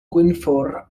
gwynfor